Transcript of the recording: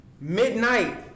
Midnight